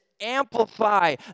amplify